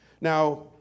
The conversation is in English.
Now